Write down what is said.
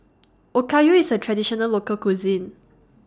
Okayu IS A Traditional Local Cuisine